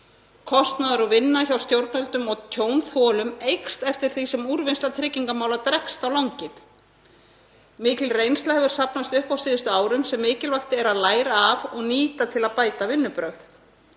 Kostnaður og vinna hjá stjórnvöldum og tjónþolum eykst eftir því sem úrvinnsla tryggingamála dregst á langinn. Mikil reynsla hefur safnast upp á síðustu árum sem mikilvægt er að læra af og nýta til að bæta vinnubrögð.